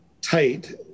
tight